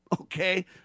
Okay